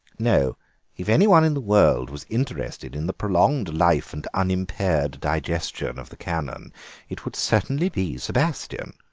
no if anyone in the world was interested in the prolonged life and unimpaired digestion of the canon it would certainly be sebastien.